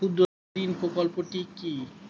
ক্ষুদ্রঋণ প্রকল্পটি কি?